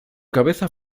cabeza